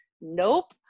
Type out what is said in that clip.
nope